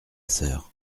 sœur